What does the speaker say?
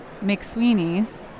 McSweeney's